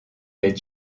les